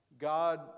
God